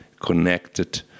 connected